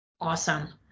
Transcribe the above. Awesome